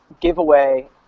giveaway